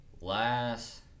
last